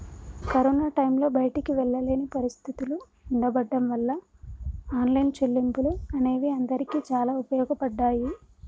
corona టైంలో బయటికి వెళ్ళలేని పరిస్థితులు ఉండబడ్డం వాళ్ళ ఆన్లైన్ చెల్లింపులు అనేవి అందరికీ చాలా ఉపయోగపడ్డాయి